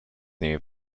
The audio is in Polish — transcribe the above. nim